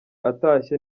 atashye